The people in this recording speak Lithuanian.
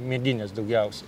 medinės daugiausiai